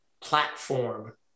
platform